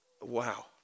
wow